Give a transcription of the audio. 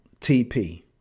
TP